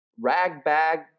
ragbag